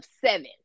seven